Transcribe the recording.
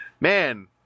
man